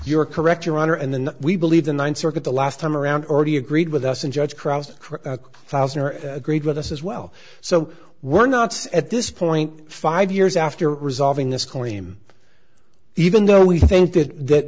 your correct your honor and then we believe the ninth circuit the last time around already agreed with us and judge agreed with us as well so we're not at this point five years after resolving this claim even though we think that th